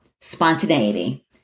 Spontaneity